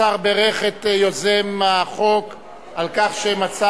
השר בירך את יוזם החוק על כך שמצא